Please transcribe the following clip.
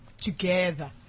together